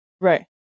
Right